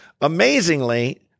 Amazingly